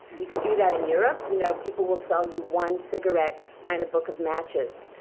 you can do that in europe. you know people will sell you one cigarette and a book of matches.